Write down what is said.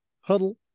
Huddle